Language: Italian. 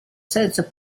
senso